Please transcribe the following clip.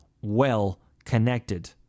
well-connected